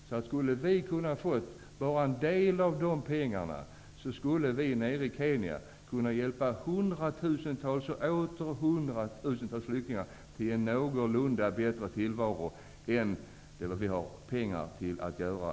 Hade vi i stället fått bara en del av de pengarna hade vi nere i Kenya kunnat hjälpa ytterligare hundratusentals och åter hundratusentals flyktingar till en någorlunda dräglig tillvaro.